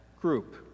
group